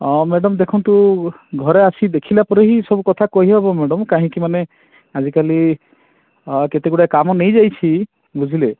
ହଁ ମ୍ୟାଡ଼ାମ୍ ଦେଖନ୍ତୁ ଘରେ ଆସି ଦେଖିଲା ପରେ ହିଁ ସବୁ କଥା କହିହବ ମ୍ୟାଡ଼ାମ୍ କାହିଁକି ମାନେ ଆଜିକାଲି କେତେ ଗୁଡ଼ାଏ କାମ ନେଇ ଯାଇଛି ବୁଝିଲେ